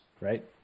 right